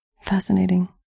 Fascinating